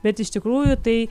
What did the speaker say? bet iš tikrųjų tai